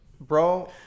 bro